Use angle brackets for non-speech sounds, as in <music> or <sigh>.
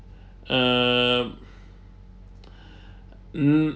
um <breath> mm